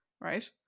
Right